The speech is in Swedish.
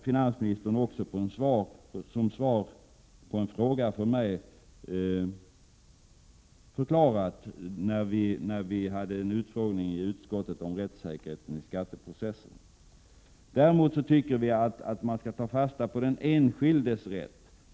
Finansministern har också som svar på en fråga från mig förklarat detta vid en utfrågning i utskottet om rättssäkerheten i skatteprocessen. Däremot bör man ta fasta på den enskildes rätt.